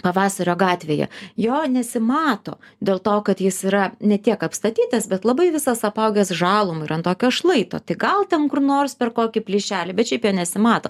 pavasario gatvėje jo nesimato dėl to kad jis yra ne tiek apstatytas bet labai visas apaugęs žaluma ir ant tokio šlaito tai gal ten kur nors per kokį plyšelį bet šiaip jo nesimato